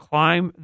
Climb